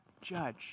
judge